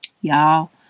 Y'all